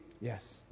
Yes